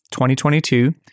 2022